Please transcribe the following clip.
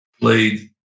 played